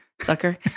sucker